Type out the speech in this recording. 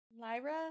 Lyra